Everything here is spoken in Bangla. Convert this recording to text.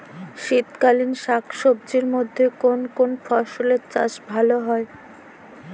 শীতকালীন শাকসবজির মধ্যে কোন কোন ফসলের চাষ ভালো হয়?